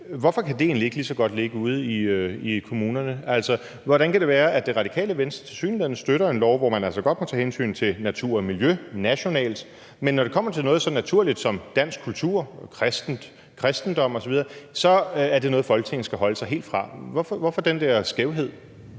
Hvorfor kan det egentlig ikke lige så godt ligge ude i kommunerne? Hvordan kan det være, at Det Radikale Venstre tilsyneladende støtter en lov, hvor man altså godt må tage hensyn til natur og miljø nationalt, men når det kommer til noget så naturligt som dansk kultur, kristendom osv., så er det noget, Folketinget skal holde sig helt fra? Hvorfor den der skævhed?